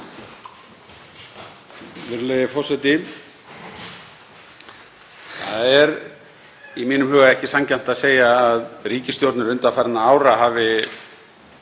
Það er í mínum huga ekki sanngjarnt að segja að ríkisstjórnir undanfarinna ára hafi